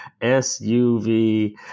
SUV